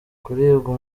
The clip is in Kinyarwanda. kuribwa